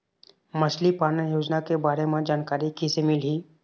मछली पालन योजना के बारे म जानकारी किसे मिलही?